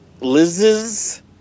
Liz's